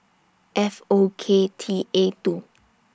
F O K T A two